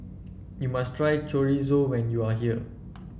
you must try Chorizo when you are here